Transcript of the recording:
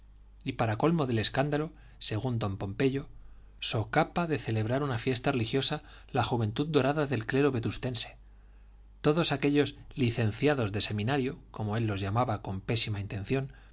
y para colmo del escándalo según don pompeyo so capa de celebrar una fiesta religiosa la juventud dorada del clero vetustense todos aquellos licenciados de seminario como él los llamaba con pésima intención